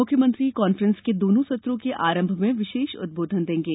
मुख्यमंत्री कॉन्फ्रेंस के दोनों सत्रों के आरंभ में विशेष उद्बोधन देंगे